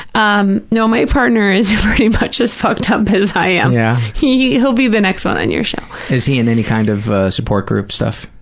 um no, my partner is very much as fucked up as i am. yeah? he'll be the next one on your show. is he in any kind of support group stuff?